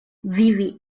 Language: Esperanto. vivi